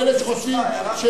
אני